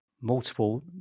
multiple